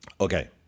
Okay